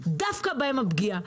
דווקא בהם הפגיעה.